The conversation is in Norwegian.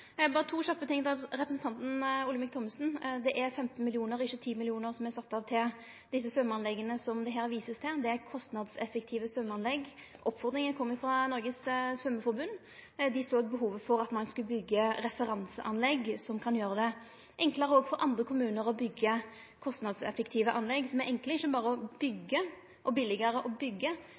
Eg vil berre seie to kjappe ting til representanten Olemic Thommessen. Det er 15 mill. kr, ikkje 10 mill. kr som er sette av til svømmeanlegga som det her vert vist til. Det er kostnadseffektive svømmeanlegg. Oppfordringa kom frå Norges Svømmeforbund. Dei såg behovet for å byggje referanseanlegg som kan gjere det enklare òg for andre kommunar å byggje kostnadseffektive anlegg. Slike anlegg er ikkje berre billigare å